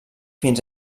fins